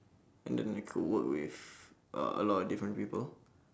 and then I could work with uh a lot of different people